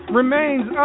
remains